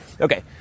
okay